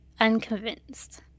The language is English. unconvinced